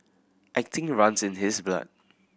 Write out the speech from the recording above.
acting runs in his blood